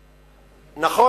חסון.